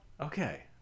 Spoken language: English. Okay